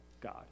God